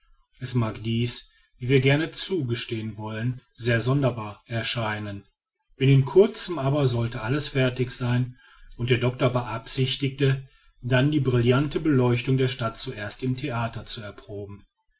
es mag dies wie wir gern zugestehen wollen sehr sonderbar erscheinen binnen kurzem aber sollte alles fertig sein und der doctor beabsichtigte dann die brillante beleuchtung der stadt zuerst im theater zu erproben